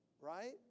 right